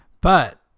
But-